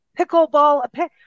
pickleball